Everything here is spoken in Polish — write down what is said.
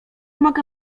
mogę